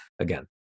again